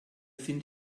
sind